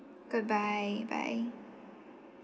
goodbye bye